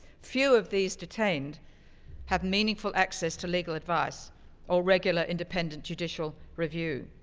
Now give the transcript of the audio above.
few of these detained have meaningful access to legal advice or regular independent judicial review.